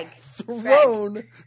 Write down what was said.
thrown